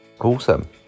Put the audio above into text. awesome